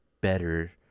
better